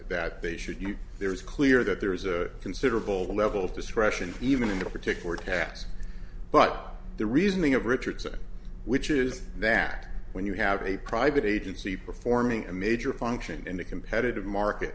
that they should you there is clear that there is a considerable level to screw action even in the particular tax but the reasoning of richardson which is that when you have a private agency performing a major function in a competitive market